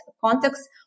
context